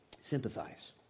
sympathize